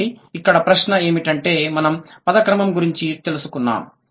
కాబట్టి ఇక్కడ ప్రశ్న ఏమిటంటే మనం పద క్రమం గురించి తెలుసుకున్నాము